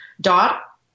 dot